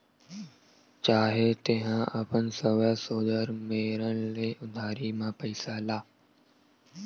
चाहे तेंहा अपन सगा सोदर मेरन ले उधारी म पइसा ला